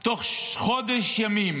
תוך חודש ימים